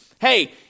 hey